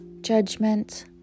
judgment